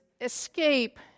escape